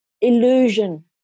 illusion